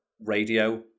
radio